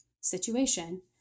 situation